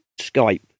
Skype